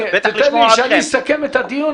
כשאני אסכם את הדיון,